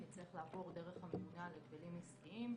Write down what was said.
וזה צריך לעבור דרך הממונה על ההגבלים העסקיים.